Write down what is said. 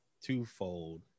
twofold